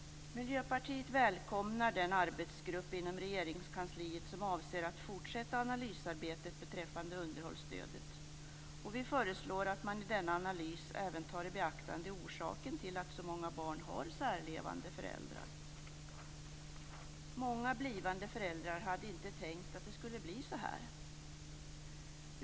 Miljöpartiet välkomnar den arbetsgrupp inom Regeringskansliet som avser att fortsätta analysarbetet beträffande underhållsstödet, och vi föreslår att man i denna analys även tar i beaktande orsaken till att så många barn har särlevande föräldrar. Många blivande föräldrar hade inte tänkt "att det skulle bli så här".